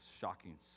shocking